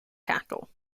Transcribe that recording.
cattle